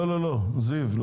לא, זיו.